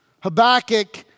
Habakkuk